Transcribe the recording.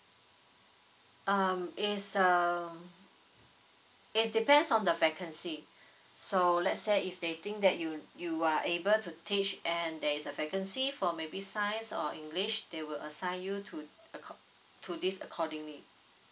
um is uh is depends on the vacancy so lets say if they think that you you are able to teach and there is a vacancy for maybe science or english they will assign you to uh acco~ to this accordingly